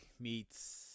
meets